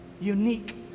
Unique